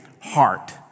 heart